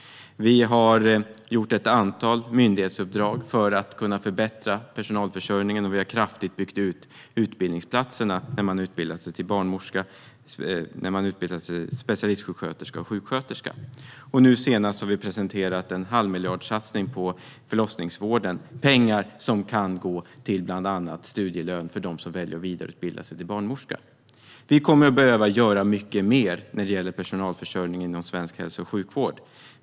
Vi har gett ett antal myndighetsuppdrag för att kunna förbättra personalförsörjningen, och vi har kraftigt byggt ut utbildningsplatserna för dem som utbildar sig till barnmorska, specialistsjuksköterska och sjuksköterska. Nu senast har vi presenterat en halvmiljardssatsning på förlossningsvården - pengar som kan gå till bland annat studielön för dem som väljer att vidareutbilda sig till barnmorska. Vi kommer att behöva göra mycket mer när det gäller personalförsörjningen inom svensk hälso och sjukvård.